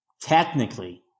technically